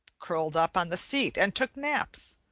curled up on the seat and took naps,